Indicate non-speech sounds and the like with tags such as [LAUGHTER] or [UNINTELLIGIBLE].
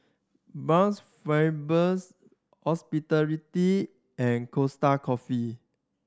Bounce [UNINTELLIGIBLE] and Costa Coffee